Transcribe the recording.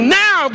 now